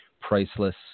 priceless